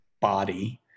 body